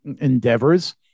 endeavors